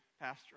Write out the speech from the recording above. pastor